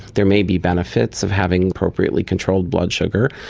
there may be benefits of having appropriately controlled blood sugar.